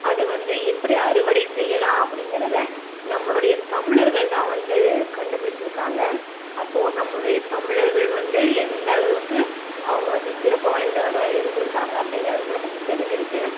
அது வந்து எப்படி அறுவடை செய்யலாம் அப்படிங்கிறத நம்மளுடைய தமிழர்கள் தான் வந்து கண்டுபுடிச்சிருக்காங்க அப்போ நம்மளுடைய தமிழர்கள் வந்து எந்த அளவுக்கு அவங்க வந்து சிறப்பு வாய்ந்தவர்களாக இருந்துருக்காங்க அப்படிங்கிறதும் நமக்கு தெரிஞ்சிருக்கும்